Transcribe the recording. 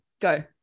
go